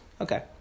Okay